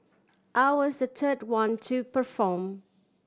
I was the third one to perform